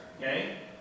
okay